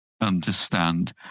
understand